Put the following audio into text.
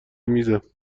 میزم